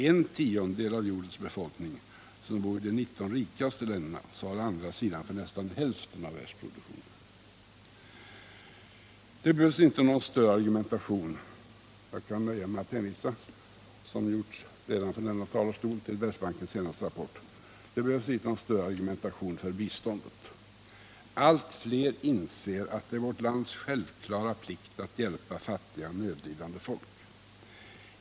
En tiondel av jordens befolkning, som bor i de 19 rikaste länderna, svarar å andra sidan för nästan hälften av världsproduktionen. Det behövs inte någon större argumentation för biståndet — jag kan nöja mig med att hänvisa, som redan har gjorts från denna talarstol, till Världsbankens senaste rapport. Allt fler inser att det är vårt lands självklara plikt att hjälpa fattiga och nödlidande folk.